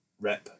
rep